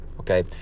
Okay